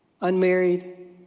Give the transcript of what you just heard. unmarried